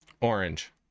orange